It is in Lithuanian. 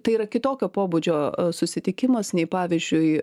tai yra kitokio pobūdžio susitikimas nei pavyzdžiui